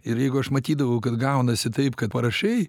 ir jeigu aš matydavau kad gaunasi taip kad parašei